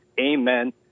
Amen